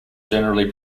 generally